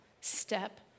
step